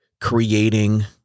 creating